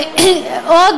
עוד